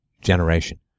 generation